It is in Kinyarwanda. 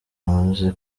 yamaze